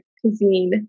cuisine